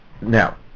Now